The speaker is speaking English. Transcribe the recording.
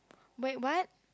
wait what